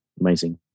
Amazing